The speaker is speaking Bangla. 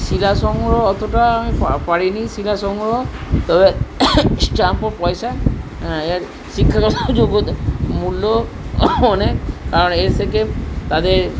শিলা সংগ্রহ অতোটা আমি পারি নি শিলা সংগ্রহ তবে স্ট্যাম্প ও পয়সা শিক্ষাগত যোগ্যতা মূল্য অনেক থেকে তাদের